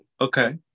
Okay